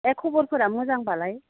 एह खब'रफोरा मोजांबालाय